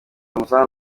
umusanzu